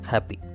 Happy